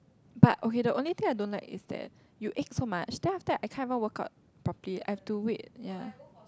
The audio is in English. but okay the only thing I don't like is that you ache so much then after that I can't even workout properly I have to wait ya